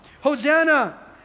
Hosanna